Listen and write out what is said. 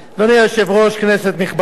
אדוני היושב-ראש, כנסת נכבדה,